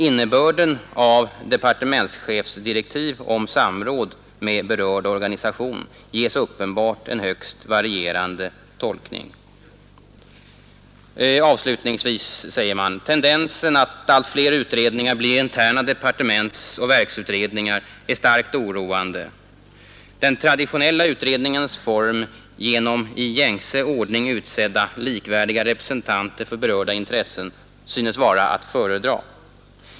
——— Innebörden av departementschefsdirektiv om samråd med berörd organisation ges uppenbart en högst varierande tolkning.” Avslutningsvis skriver tidningen: ”Tendensen att allt fler utredningar blir interna departementsoch verksutredningar är starkt oroande. Den traditionella utredningens form genom i gängse ordning utsedda likvärdiga representanter för berörda intressen synes vara att föredra.